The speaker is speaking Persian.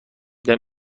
دهم